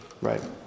right